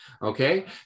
Okay